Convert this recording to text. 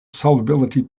solubility